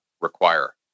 require